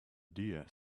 deer